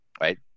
right